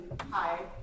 hi